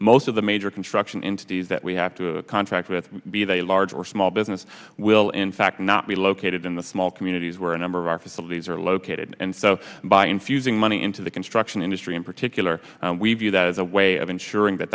most of the major construction into these that we have to contract with be they large or small business we'll in fact not be located in the small communities where a number of our facilities are located and so by infusing money into the construction industry in particular we view that as a way of ensuring that